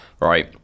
Right